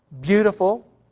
beautiful